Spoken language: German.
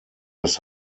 das